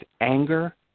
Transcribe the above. anger